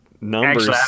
numbers